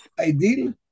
Ideal